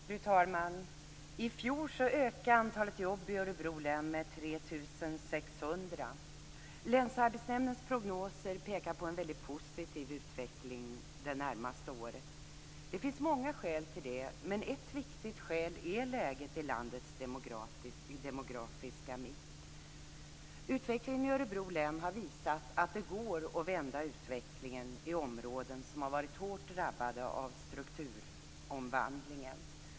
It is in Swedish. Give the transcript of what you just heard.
Fru talman! I fjor ökade antalet jobb i Örebro län med 3 600. Länsarbetsnämndens prognoser pekar på en väldigt positiv utveckling det närmaste året. Det finns många skäl till det, men ett viktigt skäl är läget i landets demografiska mitt. Utvecklingen i Örebro län har visat att det går att vända utvecklingen i områden som har varit hårt drabbade av strukturomvandlingen.